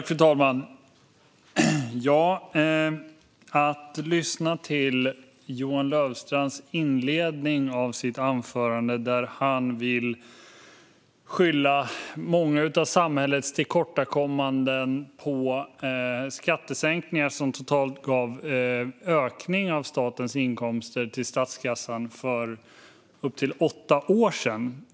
Fru talman! I inledningen av sitt anförande skyllde Johan Löfstrand många av samhällets tillkortakommanden på skattesänkningar för upp till åtta år sedan som totalt gav en ökning av statens inkomster till statskassan.